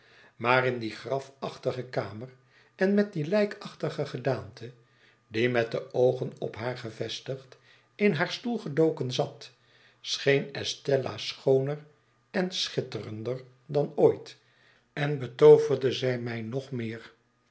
maar in die grafachtige kamer en met die lijkachtige gedaante die met de oogen op haar gevestigd in haar stoel gedoken zat scheen estella schooner en schitterender dan ooit en betooverde zij mij nog meer